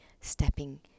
stepping